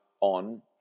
on